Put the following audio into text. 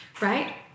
right